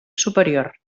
superior